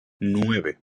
nueve